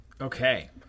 Okay